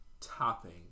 topping